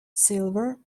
silver